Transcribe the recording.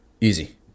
Easy